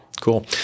cool